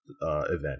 event